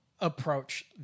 approach